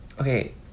okay